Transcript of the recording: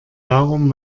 darum